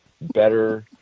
better